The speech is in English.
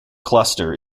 cluster